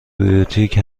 بیوتیک